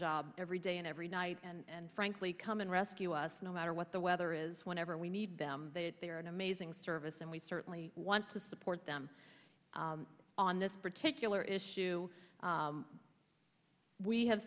job every day and every night and frankly come and rescue us no matter what the weather is whenever we need them they are an amazing service and we certainly want to support them on this particular issue we have